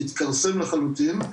התכרסם לחלוטין,